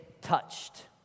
touched